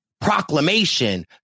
proclamation